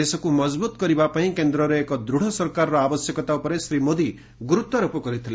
ଦେଶକୁ ମଜବୁତ୍ କରିବା ପାଇଁ କେନ୍ଦ୍ରରେ ଏକ ଦୂଢ଼ ସରକାରର ଆବଶ୍ୟକତା ଉପରେ ଶ୍ରୀ ମୋଦି ଗୁରୁତ୍ୱାରୋପ କରିଥିଲେ